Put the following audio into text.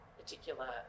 particular